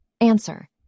Answer